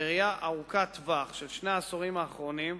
בראייה ארוכת-טווח של שני העשורים האחרונים,